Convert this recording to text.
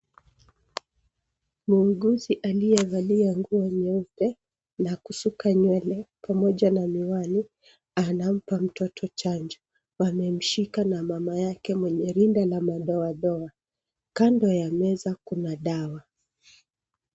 Muuguzi aliyevalia nguo nyeupe na kushuka nywele pamoja na miwani anampa mtoto chanjo. Wamemshika na mama yake mwenye rinda la madoadoa. Kando ya meza kuna dawa.